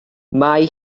mae